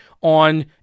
on